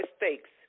mistakes